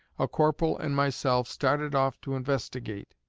a corporal and myself started off to investigate.